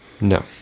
No